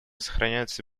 сохраняются